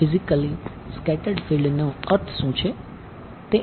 વિદ્યાર્થી